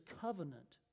covenant